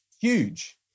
huge